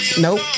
Nope